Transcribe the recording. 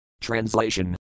Translation